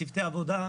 צוותי עבודה,